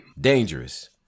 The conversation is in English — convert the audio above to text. Dangerous